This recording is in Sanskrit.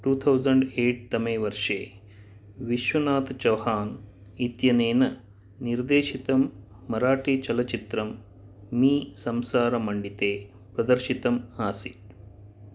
टुथौसाण्ड् ऐट् तमे वर्षे विश्वनाथ चौहान इत्यनेन निर्देशितं मराठी चलच्चित्रं मी संसार मण्डिते प्रदर्शितम् आसीत्